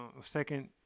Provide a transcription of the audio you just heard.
second